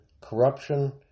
corruption